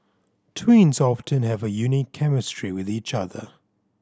twins often have a unique chemistry with each other